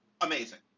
amazing